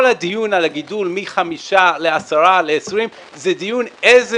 כל הדיון על הגידול מ-5 ל-10 ל-20 זה דיון איזה